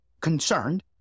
concerned